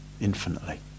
infinitely